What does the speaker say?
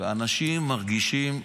ואנשים מרגישים,